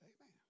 Amen